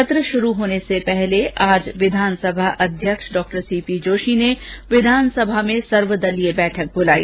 सत्र शुरू होने से पहले विधानसभा अध्यक्ष डॉ सीपी जोषी ने आज विधानसभा में सर्वदलीय बैठक बुलाई